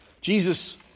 Jesus